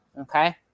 Okay